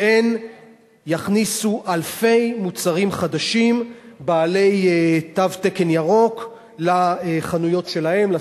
שהן יכניסו אלפי מוצרים חדשים בעלי תו תקן ירוק לחנויות שלהן,